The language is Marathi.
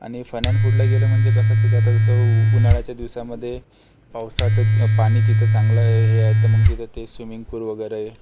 आणि फन अँड फूडला गेलं म्हणजे कसं की ते आता जसं उन्हाळ्याच्या दिवसांमध्ये पावसाचं पाणी तिथं चांगलं हे आहे तर मग तिथं ते स्विमिंग पूल वगैरे